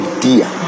dear